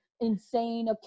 insane